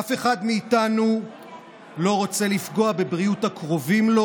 אף אחד מאיתנו לא רוצה לפגוע בבריאות הקרובים לו